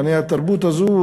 התרבות הזאת,